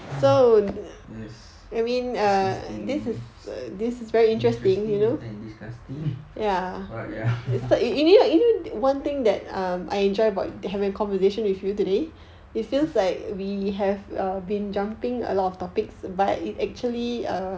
this interesting interesting and disgusting but ya